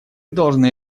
должны